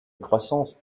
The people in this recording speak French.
croissance